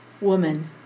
woman